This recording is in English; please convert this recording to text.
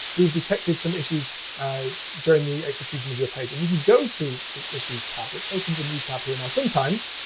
we have detected some issues during the execution of your page. and you can go to the issues tab, which opens a new tab here. now, sometimes